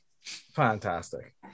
fantastic